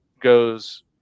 goes